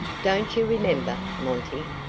don't you remember, monty?